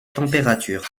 température